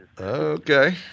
Okay